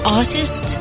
artist